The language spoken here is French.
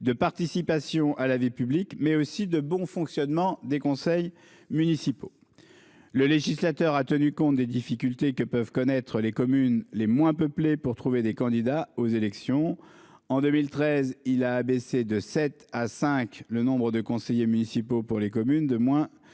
de participation à la vie publique tout en assurant le bon fonctionnement des conseils municipaux. Le législateur a tenu compte des difficultés que peuvent connaître les communes les moins peuplées pour trouver des candidats aux élections. Ainsi, en 2013, il a abaissé de sept à cinq le nombre de conseillers municipaux pour les communes de moins